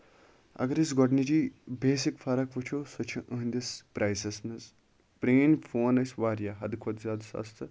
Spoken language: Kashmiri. اَگر أسۍ گۄڈٕنِچہِ بیسِک فرق وٕچھو سُہ چھُ أہٕندِس پریسَس منٛز پرٲنۍ فون ٲسۍ واریاہ حدٕ کھۄتہٕ زیادٕ سَستہٕ